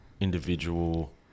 individual